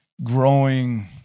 growing